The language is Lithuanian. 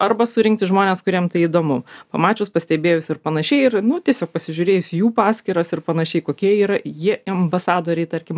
arba surinkti žmones kuriem tai įdomu pamačius pastebėjus ir panašiai ir nu tiesiog pasižiūrėjus į jų paskyras ir panašiai kokie yra jie ambasadoriai tarkim